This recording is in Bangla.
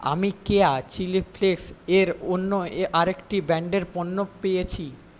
আমি কেয়া চিলি ফ্লেক্সের অন্য আরেকটি ব্র্যান্ডের পণ্য পেয়েছি